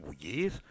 years